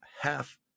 half